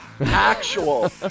actual